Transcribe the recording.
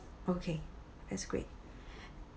okay that's great